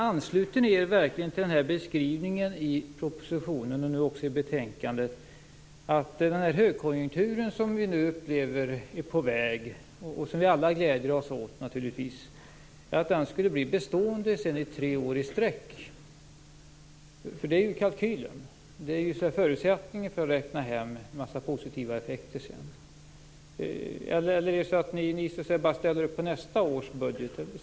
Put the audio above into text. Ansluter ni er verkligen till den beskrivning som ges både i propositionen och i betänkandet, nämligen att den högkonjunktur som vi nu upplever är på väg och som vi alla naturligtvis gläder oss åt kommer att bestå tre år i sträck? Det är ju kalkylen. Det är alltså förutsättningen för att räkna hem en mängd positiva effekter senare. Eller ställer ni bara upp på nästa års budget så att säga?